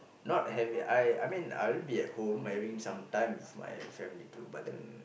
not having I I mean I'll be at home having sometime with my family too but then